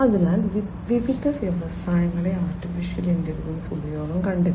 അതിനാൽ വിവിധ വ്യവസായങ്ങളിൽ AI ഉപയോഗം കണ്ടെത്തി